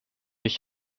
ich